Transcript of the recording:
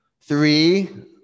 three